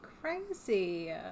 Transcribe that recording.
crazy